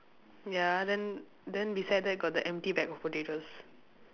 ya then then beside that got the empty bag of potatoes